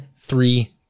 three